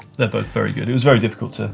they're both very good, it was very difficult. ah